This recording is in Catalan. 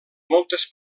moltes